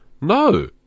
No